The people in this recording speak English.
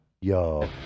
Yo